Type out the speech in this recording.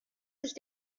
sich